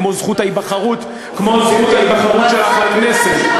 כמו זכות ההיבחרות שלך לכנסת.